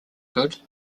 good